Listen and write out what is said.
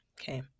okay